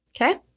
Okay